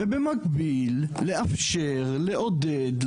ובמקביל לאפשר לעודד,